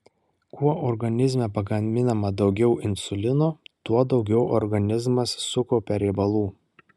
kuo organizme pagaminama daugiau insulino tuo daugiau organizmas sukaupia riebalų